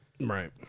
Right